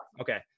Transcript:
Okay